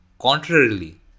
contrarily